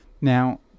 Now